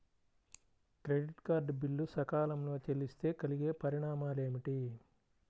Credit card bill సకాలంలో చెల్లిస్తే కలిగే పరిణామాలేమిటి?